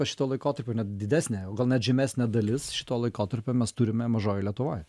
šituo laikotarpiu net didesnė o gal net žymesnė dalis šito laikotarpio mes turime mažojoj lietuvoj